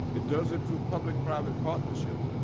it does it through public-private partnerships.